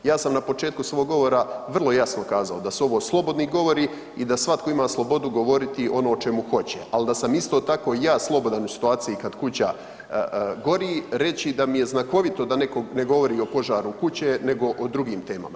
Ja sam na početku svog govora vrlo jasno kazao, da su ovo slobodni govori i da svatko ima slobodu govoriti ono o čemu hoće, ali da sam isto tako ja slobodan u situaciji kad kuća gori, reći da mi je znakovito da netko ne govori o požaru kuće, nego o drugim temama.